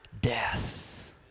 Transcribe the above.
death